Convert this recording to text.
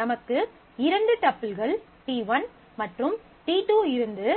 நமக்கு இரண்டு டப்பிள்கள் t1 மற்றும் t2 இருந்து